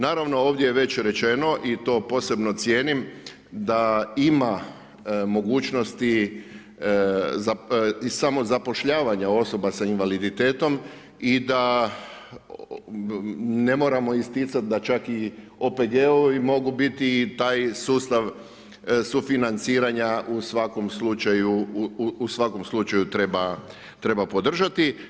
Naravno ovdje je već rečeno i to posebno cijenim da ima mogućnosti i samozapošljavanja osoba s invaliditetom i da ne moramo isticat da čak i OPG-ovi mogu biti taj sustav sufinanciranja, u svakom slučaju treba podržati.